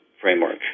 framework